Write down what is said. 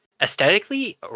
aesthetically